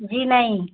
جی نہیں